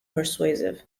persuasive